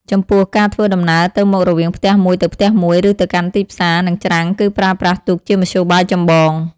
ចំពោះ ការធ្វើដំណើរទៅមករវាងផ្ទះមួយទៅផ្ទះមួយ ឬទៅកាន់ទីផ្សារនិងច្រាំងគឺប្រើប្រាស់ទូកជាមធ្យោបាយចម្បង។